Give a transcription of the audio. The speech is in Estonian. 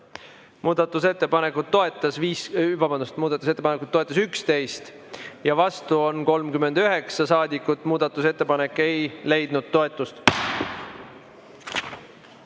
Muudatusettepanekut toetas 11 ja vastu on 39 saadikut. Muudatusettepanek ei leidnud toetust.